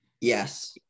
Yes